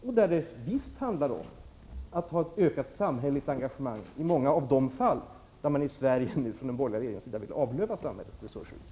Det är här faktiskt fråga om ett ökat samhälleligt engagemang på många av de områden där den borgerliga regeringen i Sverige nu vill avlöva samhället resurser.